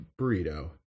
burrito